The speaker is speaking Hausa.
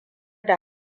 da